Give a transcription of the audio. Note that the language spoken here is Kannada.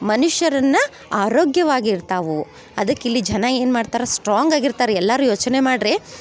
ಮನುಷ್ಯರನ್ನ ಆರೋಗ್ಯವಾಗಿ ಇರ್ತಾವು ಅದಕ್ ಇಲ್ಲಿ ಜನ ಏನು ಮಾಡ್ತಾರ ಸ್ಟ್ರಾಂಗ್ ಆಗಿರ್ತಾರೆ ಎಲ್ಲರು ಯೋಚನೆ ಮಾಡ್ರಿ